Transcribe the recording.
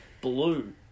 blue